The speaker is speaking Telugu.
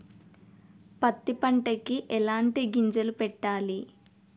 పత్తి పంటకి ఎలాంటి గింజలు పెట్టాలి?